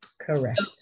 Correct